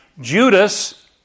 Judas